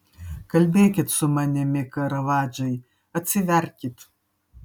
kalbėkit su manimi karavadžai atsiverkit